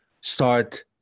start